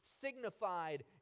signified